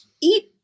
eat